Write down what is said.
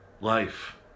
life